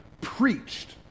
preached